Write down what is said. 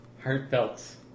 heartfelt